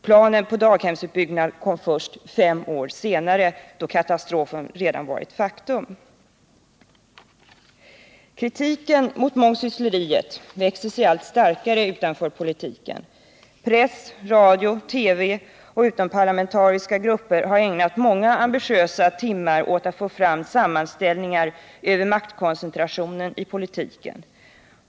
Planen på daghemsutbyggnad kom först fem år senare, då katastrofen redan var ett faktum. Kritiken mot mångsyssleriet växer sig allt starkare utanför politiken. Press, radio, TV och utomparlamentariska grupper har ägnat många ambitiösa timmar åt att åstadkomma sammanställningar över maktkoncentrationen i politiken.